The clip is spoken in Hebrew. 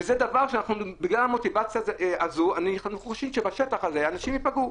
וזה דבר שבגלל המוטיבציה הזו בשטח אנשים יפגעו.